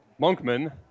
Monkman